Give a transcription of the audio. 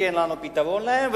כי אין לנו פתרון להם,